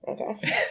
Okay